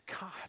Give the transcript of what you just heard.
God